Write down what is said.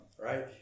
right